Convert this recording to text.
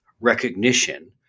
recognition